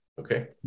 Okay